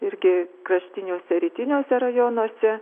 irgi kraštiniuose rytiniuose rajonuose